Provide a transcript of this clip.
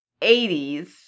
80s